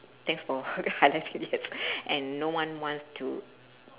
that's for h~ her last few years and no one wants to